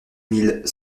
mille